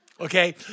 Okay